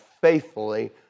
faithfully